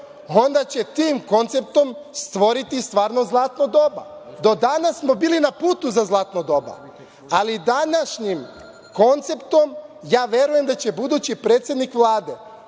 onda će tim konceptom stvoriti stvarno zlatno doba. Do danas smo bili na putu za zlatno doba, ali današnjim konceptom ja verujem da će budući predsednik Vlade